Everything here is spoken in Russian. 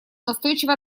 настойчиво